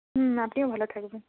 হুম আপনিও ভালো থাকবেন